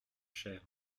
cher